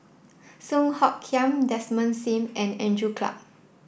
Song Hoot Kiam Desmond Sim and Andrew Clarke